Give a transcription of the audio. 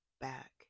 back